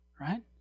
right